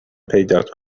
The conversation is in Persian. پیدات